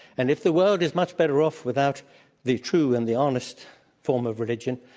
and if the world is much better off without the true and the honest form of religion,